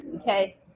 okay